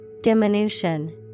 Diminution